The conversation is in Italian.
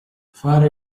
fare